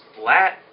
flat